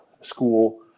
school